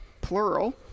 plural